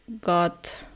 got